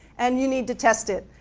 and you need to test it,